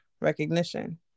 recognition